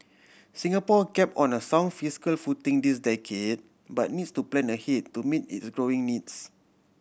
Singapore kept on a sound fiscal footing this decade but needs to plan ahead to meet its growing needs